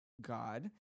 God